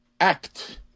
act